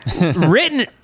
Written